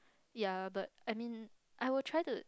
ya but I mean I will try to